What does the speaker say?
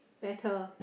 better